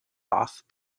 off